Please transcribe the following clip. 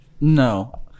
no